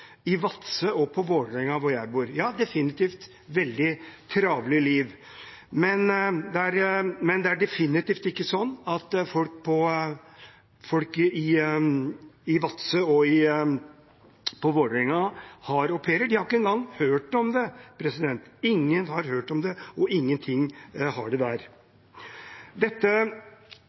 i Vadsø og på Vålerenga, hvor jeg bor – definitivt veldig travle liv. Men det er definitivt ikke sånn at folk i Vadsø og på Vålerenga har au pair, de har ikke en gang hørt om det, ingen har hørt om det, og ingen har det der. Dette